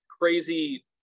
crazy